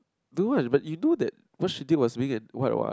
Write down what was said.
don't want but you know that what she did was being an what what